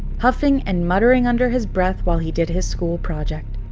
huffing and muttering under his breath while he did his school project.